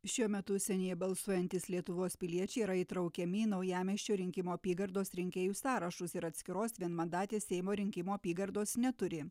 šiuo metu užsienyje balsuojantys lietuvos piliečiai yra įtraukiami į naujamiesčio rinkimų apygardos rinkėjų sąrašus ir atskiros vienmandatės seimo rinkimų apygardos neturi